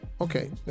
Okay